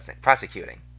prosecuting